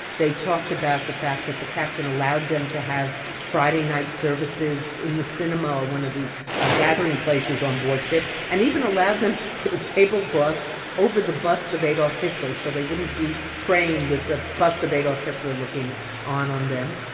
they talked about the fact that the captain allowed them to have friday night services in the cinema or one of the ah gathering places onboard ship and even allowed them to put a tablecloth over the bust of adolf hitler, so they wouldn't be praying with the bust of adolf hitler looking on on them.